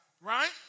Right